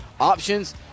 options